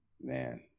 man